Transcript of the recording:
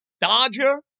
Dodger